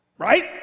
Right